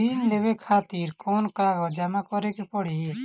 ऋण लेवे खातिर कौन कागज जमा करे के पड़ी?